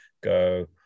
go